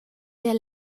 der